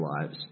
lives